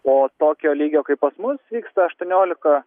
o tokio lygio kaip pas mus vyksta aštuoniolika